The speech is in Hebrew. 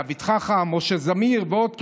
דוד חכם, משה זמיר ועוד כאלה.